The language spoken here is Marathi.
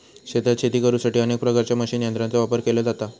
शेतात शेती करुसाठी अनेक प्रकारच्या मशीन यंत्रांचो वापर केलो जाता